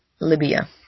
Libya